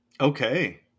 Okay